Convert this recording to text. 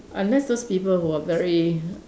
unless those people who are very